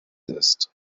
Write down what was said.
ist